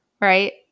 right